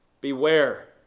Beware